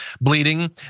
bleeding